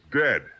dead